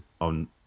on